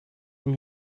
een